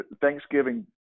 Thanksgiving